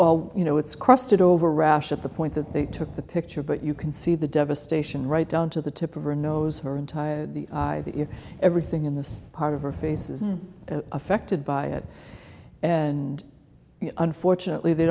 you know it's crossed over rash at the point that they took the picture but you can see the devastation right down to the tip of her nose her entire if everything in this part of her face is affected by it and unfortunately they